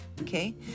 okay